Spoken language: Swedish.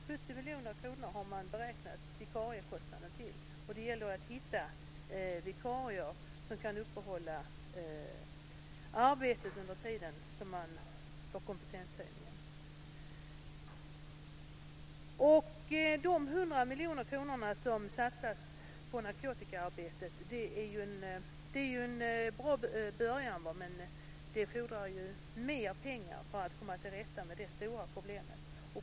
70 miljoner kronor har man beräknat vikariekostnaden till, och det gäller att hitta vikarier som kan upprätthålla arbetet under den tid då man får kompetenshöjningen. De 100 miljoner kronor som satsats på narkotikaarbetet är en bra början, men det fordras mer pengar för att komma till rätta med det stora problemet.